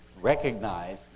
recognize